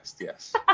Yes